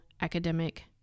academic